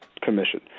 commission